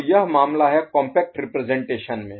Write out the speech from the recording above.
तो यह मामला है कॉम्पैक्ट रिप्रजेंटेशन में